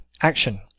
action